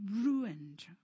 ruined